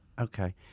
Okay